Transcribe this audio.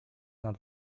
nad